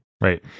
Right